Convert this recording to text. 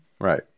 Right